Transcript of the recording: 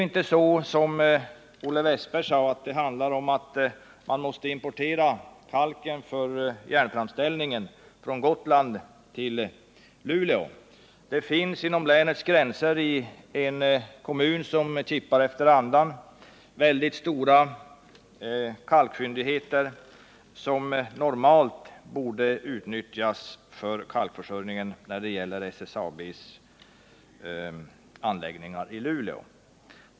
Man måste inte köpa kalken för järnframställningen i Luleå från Gotland, vilket Olle Wästberg i Stockholm sade. Det finns i Jokkmokk, i en kommun som kippar efter andan, mycket stora kalkfyndigheter, som normalt borde utnyttjas för kalkförsörjningen när det gäller SSAB:s anläggningar i Luleå.